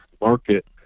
market